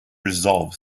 resolve